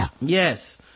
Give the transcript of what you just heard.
Yes